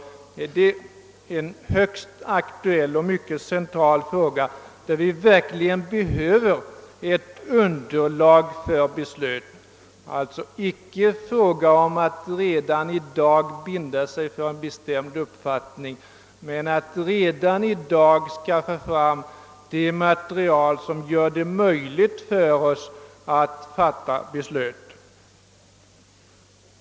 Här behövs verkligen bättre underlag för beslut. Det är alltså inte fråga om att redan i dag binda sig för en bestämd uppfattning, utan det gäller att skaffa fram material som gör det möjligt för oss att fatta beslut.